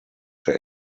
der